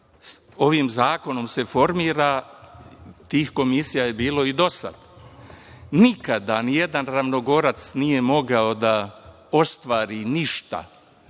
ovim zakonom se formira. Tih komisija je bilo i do sada. Nikada ni jedan Ravnogorac nije mogao da ostvari ništa,